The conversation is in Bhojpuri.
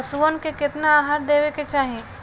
पशुअन के केतना आहार देवे के चाही?